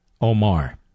Omar